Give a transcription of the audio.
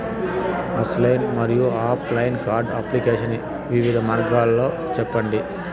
Online మరియు offline card application వివిధ మార్గాలు సెప్పండి?